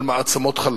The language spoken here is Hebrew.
של מעצמות חלל.